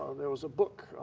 there was a book,